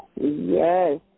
Yes